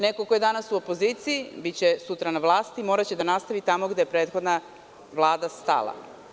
Neko ko je danas u opoziciji, biće sutra na vlasti i moraće da nastavi tamo gde je prethodna Vlada stala.